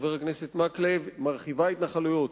חבר הכנסת מקלב, מרחיבה התנחלויות.